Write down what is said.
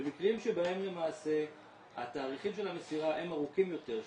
במקרים שבהם למעשה התאריכים של המסירה הם ארוכים יותר,